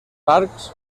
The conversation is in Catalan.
arcs